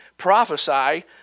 Prophesy